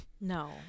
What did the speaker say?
No